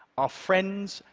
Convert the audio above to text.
our friends,